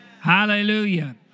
Hallelujah